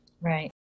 Right